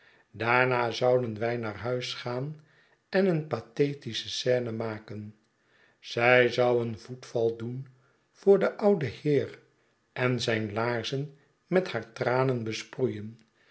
daarna zouden wij naar huis gaan en een pathetische scene maken zij zou een voetval doen voor den ouden heer en zijn laarzen met haar tranen besproeien